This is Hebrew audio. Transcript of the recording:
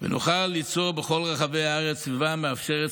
ונוכל ליצור בכל רחבי הארץ סביבה מאפשרת,